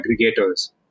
aggregators